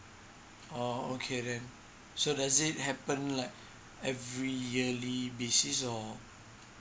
oh okay then so does it happen like every yearly basis or